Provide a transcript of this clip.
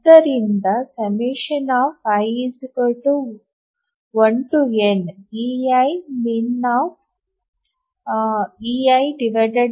ಆದ್ದರಿಂದ i1neiminpidi